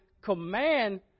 command